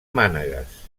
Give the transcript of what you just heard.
mànegues